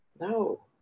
No